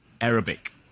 Arabic